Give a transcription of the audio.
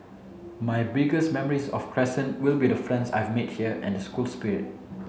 my biggest memories of Crescent will be the friends I've made here and the school spirit